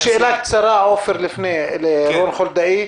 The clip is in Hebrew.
רק שאלה קצרה לרון חולדאי,